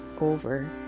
over